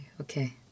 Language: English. Okay